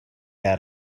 out